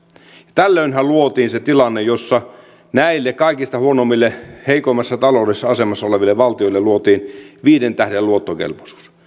tällöinhän luotiin se tilanne jossa näille kaikista huonoimmille heikoimmassa taloudellisessa asemassa oleville valtioille luotiin viiden tähden luottokelpoisuus